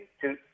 two